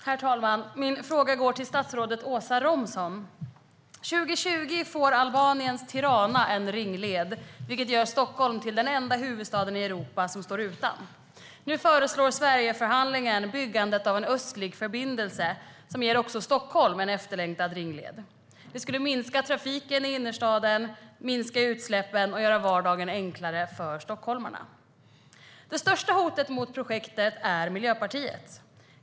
Herr talman! Min fråga går till statsrådet Åsa Romson. År 2020 får Tirana i Albanien en ringled, vilket gör Stockholm till den enda huvudstaden i Europa som står utan en sådan. Nu föreslår Sverigeförhandlingen byggande av en östlig förbindelse som ger även Stockholm en efterlängtad ringled. En ringled skulle minska trafiken i innerstaden, minska utsläppen och göra vardagen enklare för stockholmarna. Det största hotet mot projektet är Miljöpartiet.